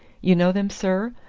you know them, sir?